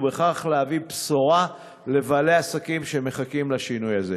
ובכך להביא בשורה לבעלי עסקים שמחכים לשינוי הזה?